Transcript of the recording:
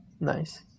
nice